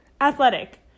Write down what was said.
athletic